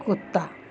कुत्ता